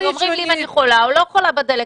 אומרים לי אם אני חולה או לא חולה בדלקת,